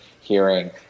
hearing